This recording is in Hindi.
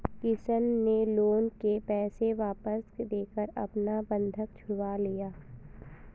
किशन ने लोन के पैसे वापस देकर अपना बंधक छुड़वा लिया